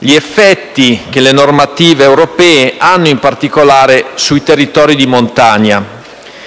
agli effetti che le normative europee hanno in particolare sui territori di montagna.